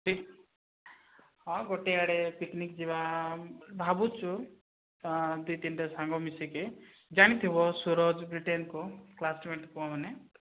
ଠିକ ହଁ ଗୋଟେ ଆଡ଼େ ପିକନିକ୍ ଯିବା ଭାବୁଛୁ ଦୁଇ ତିନିଟା ସାଙ୍ଗ ମିଶିକି ଜାଣିଥିବ ସୁରଜ ବ୍ରିଟେନକୁ କ୍ଲାସମେଟ୍ ପୁଅମାନେ